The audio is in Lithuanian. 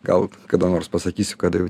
gal kada nors pasakysiu kada jau